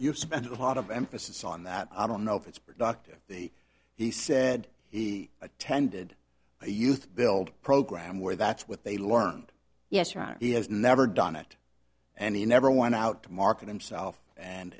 you spent a lot of emphasis on that i don't know if it's productive he said he attended a youth build program where that's what they learned yes he has never done it and he never went out to market himself and